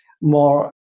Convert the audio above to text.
more